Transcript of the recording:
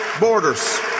borders